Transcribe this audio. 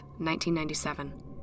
1997